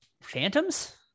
Phantoms